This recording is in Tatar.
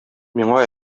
миңа